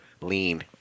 lean